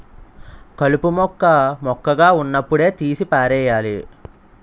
కలుపు మొక్క మొక్కగా వున్నప్పుడే తీసి పారెయ్యాలి